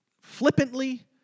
flippantly